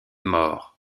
mort